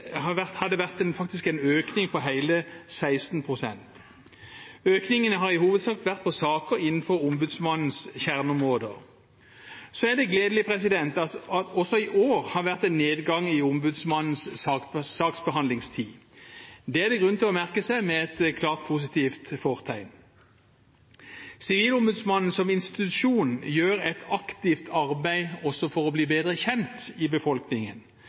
faktisk vært en økning på hele 16 pst. Økningen har i hovedsak vært på saker innenfor ombudsmannens kjerneområder. Det er gledelig at det også i år har vært en nedgang i ombudsmannens saksbehandlingstid. Det er det grunn til å merke seg, med et klart positivt fortegn. Sivilombudsmannen som institusjon gjør et aktivt arbeid også for å bli bedre kjent i befolkningen.